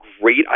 great